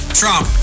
trump